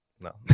No